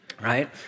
right